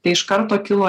tai iš karto kilo